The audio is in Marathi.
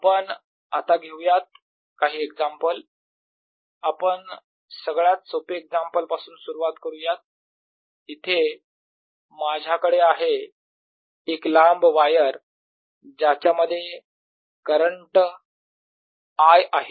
आपण आता घेऊयात काही एक्झाम्पल आपण सगळ्यात सोपे एक्झाम्पल पासून सुरुवात करूयात येथे माझ्याकडे आहे एक लांब वायर ज्याच्यामध्ये करंट I आहे